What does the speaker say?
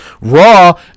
Raw